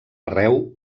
arreu